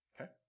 okay